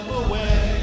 away